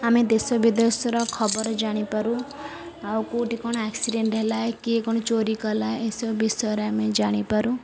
ଆମେ ଦେଶ ବିଦେଶର ଖବର ଜାଣିପାରୁ ଆଉ କେଉଁଠି କ'ଣ ଆକ୍ସିଡ଼େଣ୍ଟ ହେଲା କିଏ କ'ଣ ଚୋରି କଲା ଏସବୁ ବିଷୟରେ ଆମେ ଜାଣିପାରୁ